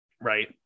right